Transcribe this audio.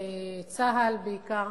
בצה"ל בעיקר,